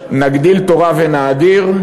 נגדיל תורה ונאדיר,